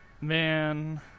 Man